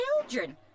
children